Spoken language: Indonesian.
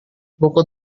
buku